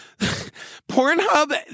Pornhub